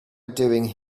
doing